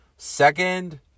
Second